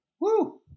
Woo